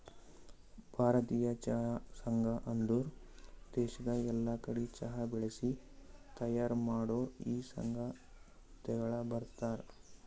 ಭಾರತೀಯ ಚಹಾ ಸಂಘ ಅಂದುರ್ ದೇಶದಾಗ್ ಎಲ್ಲಾ ಕಡಿ ಚಹಾ ಬೆಳಿಸಿ ತೈಯಾರ್ ಮಾಡೋರ್ ಈ ಸಂಘ ತೆಳಗ ಬರ್ತಾರ್